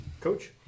Coach